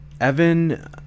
Evan